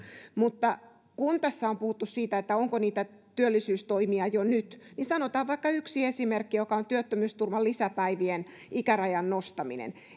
kun tässä on puhuttu siitä onko niitä työllisyystoimia jo nyt niin sanotaan vaikka yksi esimerkki joka on työttömyysturvan lisäpäivien ikärajan nostaminen